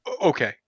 okay